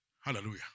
Hallelujah